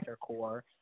core